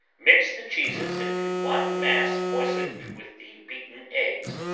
mix the cheeses into one mass moistened with the beaten eggs,